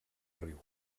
riu